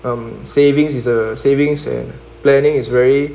um savings is a savings and planning is very